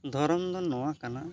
ᱫᱷᱚᱨᱚᱢ ᱫᱚ ᱱᱚᱣᱟ ᱠᱟᱱᱟ